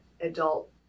adult